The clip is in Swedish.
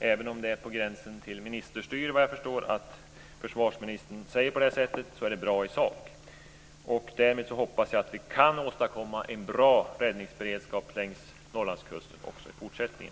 Även om det är på gränsen till ministerstyre att försvarsministern säger detta är det bra i sak. Därför hoppas jag att vi kan åstadkomma en bra räddningsberedskap längs Norrlandskusten också i fortsättningen.